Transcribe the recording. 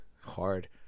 hard